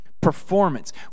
Performance